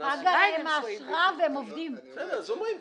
שפגה להם האשרה והם עדיין עובדים כאן.